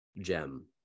gem